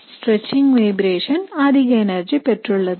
stretching vibration அதிக energy பெற்றுள்ளது